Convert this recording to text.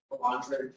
laundry